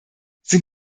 sind